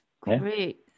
Great